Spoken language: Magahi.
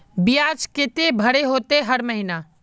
बियाज केते भरे होते हर महीना?